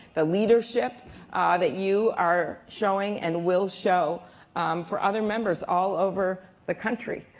the leadership that you are showing, and will show for other members all over the country.